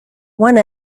one